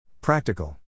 Practical